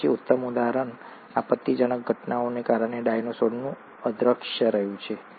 અને પછી ઉત્તમ ઉદાહરણ આપત્તિજનક ઘટનાઓને કારણે ડાયનાસોરનું અદ્રશ્ય રહ્યું છે